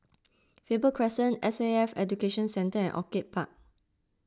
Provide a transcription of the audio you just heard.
Faber Crescent S A F Education Centre and Orchid Park